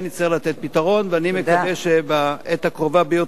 ואני מקווה שבעת הקרובה ביותר נוכל להעביר,